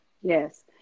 Yes